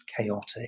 chaotic